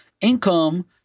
income